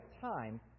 time